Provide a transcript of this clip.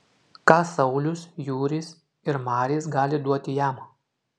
ką saulius jūris ir maris gali duoti jam